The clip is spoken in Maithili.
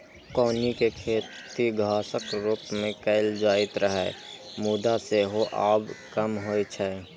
कौनी के खेती घासक रूप मे कैल जाइत रहै, मुदा सेहो आब कम होइ छै